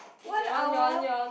one hour